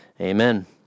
Amen